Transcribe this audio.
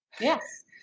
Yes